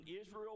Israel